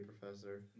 professor